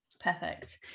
perfect